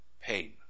pain